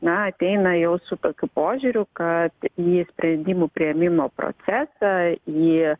na ateina jau su tokiu požiūriu kad į sprendimų priėmimo procesą į